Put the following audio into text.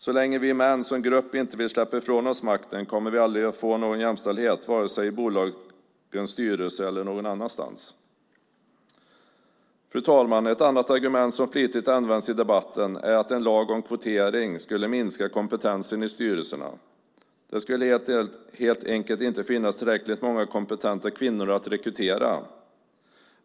Så länge vi män som grupp inte vill släppa ifrån oss makten kommer vi aldrig att få någon jämställdhet, vare sig i bolagens styrelser eller någon annanstans. Fru talman! Ett annat argument som flitigt används i debatten är att en lag om kvotering skulle minska kompetensen i styrelserna. Det skulle helt enkelt inte finnas tillräckligt många kompetenta kvinnor att rekrytera.